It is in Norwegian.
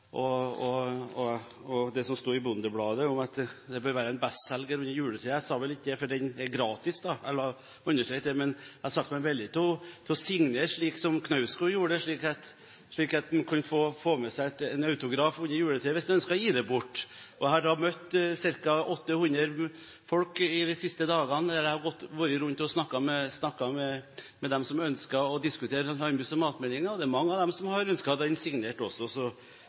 som en bestselger under juletreet. Jeg sa vel ikke det, for den er gratis – la meg understreke det! Men jeg har sagt meg villig til å signere, slik som Knausgård gjorde, slik at en kan få med seg en autograf under juletreet hvis en ønsker å gi den bort. Jeg har møtt ca. 800 mennesker de siste dagene når jeg har vært rundt og snakket med dem som ønsker å diskutere landbruks- og matmeldingen, og det er mange av dem som har ønsket den signert også, så her er det åpnet for muligheter, også